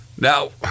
Now